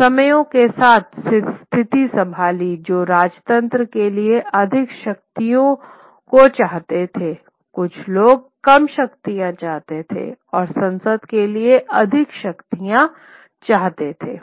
समयों के साथ स्थिति संभाली जो राजतंत्र के लिए अधिक शक्तियों चाहते थे कुछ लोग कम शक्ति चाहते थे और संसद के लिए अधिक शक्तियां चाहते थे